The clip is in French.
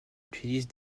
utilise